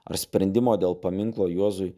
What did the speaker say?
ar sprendimo dėl paminklo juozui